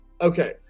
Okay